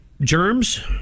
germs